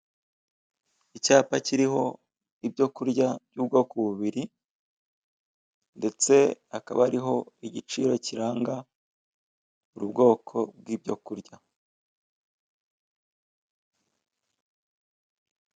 Icyapa kiriho ibyo kurya by'ubwoko bubiri ndetse hakaba hariho igiciro kiranga buri bwoko bw'ibyo kurya.